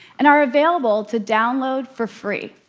and are available to download for free.